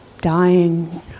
dying